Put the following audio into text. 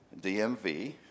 DMV